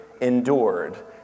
endured